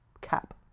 cap